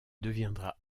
deviendra